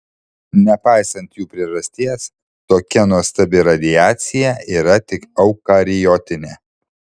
nepaisant jų priežasties tokia nuostabi radiacija yra tik eukariotinė